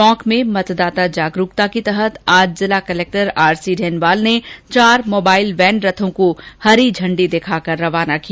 टोंक में मतदाता जागरूकता के तहत आज जिला कलेक्टर आर सी ढेनवाल ने चार मोबाइल वैन रथों को हरी झंडी दिखाकर रवाना किया